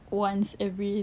once every